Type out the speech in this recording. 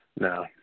No